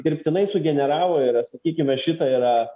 dirbtinai sugeneravo yra sakykime šita yra